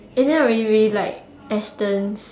and ya we we like Astons